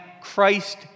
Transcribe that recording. Christ